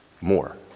more